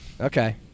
Okay